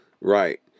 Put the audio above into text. Right